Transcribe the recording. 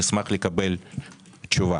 אשמח לתשובה.